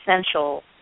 essential